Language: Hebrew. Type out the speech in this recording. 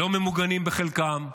לא ממוגנים בחלקם,